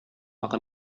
aga